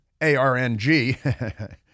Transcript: ARNG